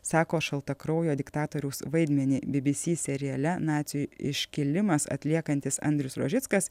sako šaltakraujo diktatoriaus vaidmenį bbc seriale nacių iškilimas atliekantis andrius rožickas